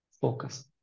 focus